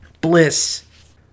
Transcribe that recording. bliss